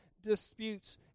disputes